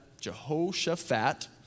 Jehoshaphat